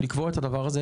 לקבוע את הדבר הזה,